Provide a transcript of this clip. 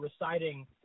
reciting